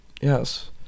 yes